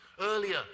earlier